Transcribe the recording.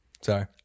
Sorry